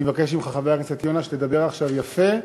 אני מבקש ממך, חבר הכנסת יונה, שתדבר עכשיו יפה,